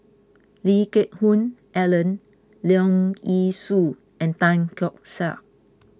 Lee Geck Hoon Ellen Leong Yee Soo and Tan Keong Saik